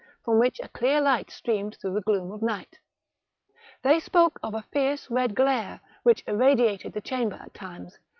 from which a clear light streamed through the gloom of night they spoke of a fierce red glare which irradiated the chamber at times,